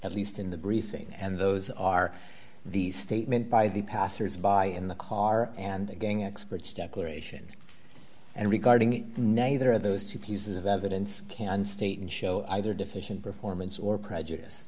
at least in the briefing and those are the statement by the passers by in the car and again experts declaration and regarding neither of those two pieces of evidence can state and show either deficient performance or prejudice